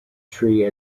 tree